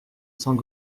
cents